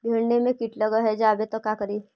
भिन्डी मे किट लग जाबे त का करि?